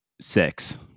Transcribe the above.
six